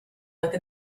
like